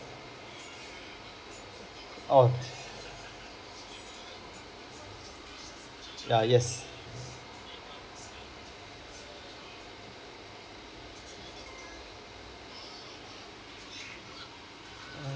oh ya yes